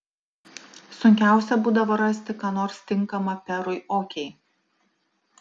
sunkiausia būdavo rasti ką nors tinkama perui okei